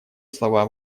слова